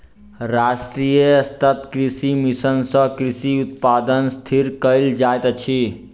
राष्ट्रीय सतत कृषि मिशन सँ कृषि उत्पादन स्थिर कयल जाइत अछि